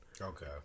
Okay